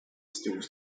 steals